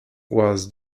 was